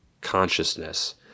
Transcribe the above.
consciousness